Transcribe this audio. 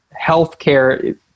healthcare